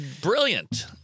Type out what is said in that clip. brilliant